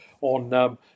on